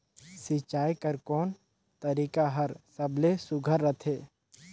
सिंचाई कर कोन तरीका हर सबले सुघ्घर रथे?